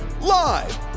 live